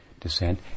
descent